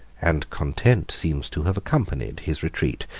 and content seems to have accompanied, his retreat,